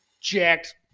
jacked